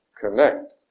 connect